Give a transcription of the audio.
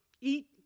eat